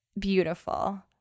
beautiful